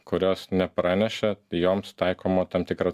kurios nepranešė joms taikoma tam tikra